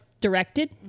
directed